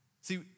See